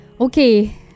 Okay